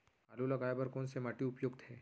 आलू लगाय बर कोन से माटी उपयुक्त हे?